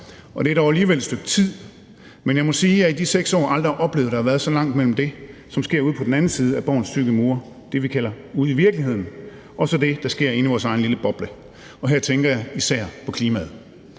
det er dog alligevel et stykke tid, men jeg må sige, at jeg i de 6 år aldrig har oplevet, at der har været så langt mellem det, som sker ude på den anden side af Borgens tykke mure – det, vi kalder ude i virkeligheden – og så det, der sker herinde i vores egen lille boble, og her tænker jeg især på klimaet.